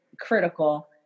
critical